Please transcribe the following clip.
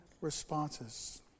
responses